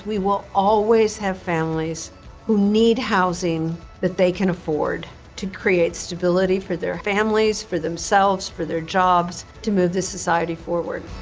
will always have families who need housing that they can afford to create stability for their families for themselves, for their jobs to move the society forward.